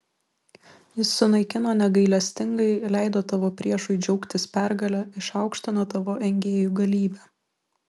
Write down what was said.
jis sunaikino negailestingai leido tavo priešui džiaugtis pergale išaukštino tavo engėjų galybę